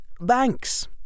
Banks